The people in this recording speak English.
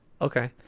Okay